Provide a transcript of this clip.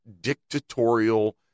dictatorial